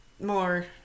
more